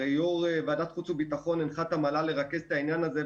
הרי יו"ר ועדת החוץ והביטחון הנחה את המל"ל לרכז את העניין הזה,